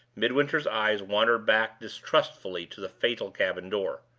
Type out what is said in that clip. midwinter's eyes wandered back distrustfully to the fatal cabin door.